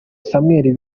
samuel